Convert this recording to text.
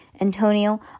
Antonio